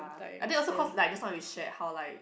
I think also cause like just now we shared like